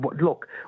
look